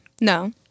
No